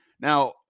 Now